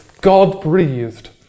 God-breathed